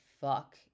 fuck